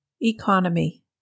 Economy